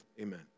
Amen